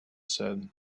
said